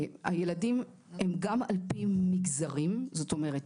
הילדים הם גם על פי מגזרים - זאת אומרת,